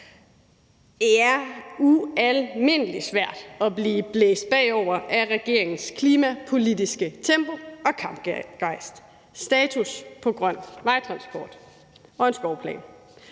er ualmindelig svært at blive blæst bagover af regeringens klimapolitiske tempo og kampgejst: status på grøn vejtransport og en skovplan.